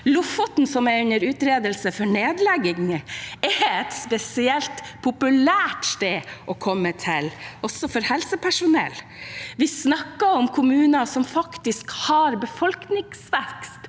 Lofoten, som er under utredelse for nedlegging, er et populært sted å komme til, også for helsepersonell. Vi snakker om kommuner som faktisk har befolkningsvekst,